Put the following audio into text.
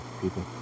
people